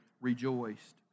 rejoiced